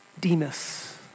Demas